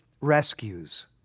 rescues